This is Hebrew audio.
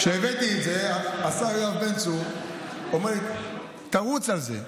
כשהבאתי את זה השר יואב בן צור אומר לי: תרוץ על זה,